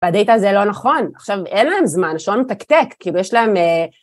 בדאטה זה לא נכון, עכשיו אין להם זמן, השעון מתקתק כאילו יש להם